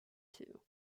two